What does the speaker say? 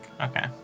Okay